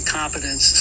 competence